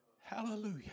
Hallelujah